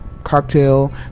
cocktail